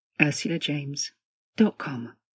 ursulajames.com